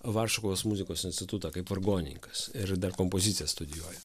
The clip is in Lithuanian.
varšuvos muzikos institutą kaip vargonininkas ir dar kompoziciją studijuoja